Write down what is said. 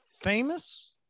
Famous